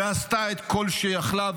ועשתה את כל שיכלה,